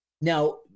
Now